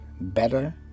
better